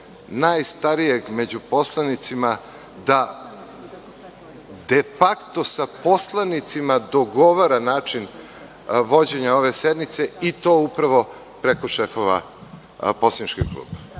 najstarijeg među poslanicima da de fakto sa poslanicima dogovora način vođenja ove sednice i to upravo preko šefova poslaničkih klubova.I